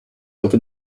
over